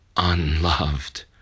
unloved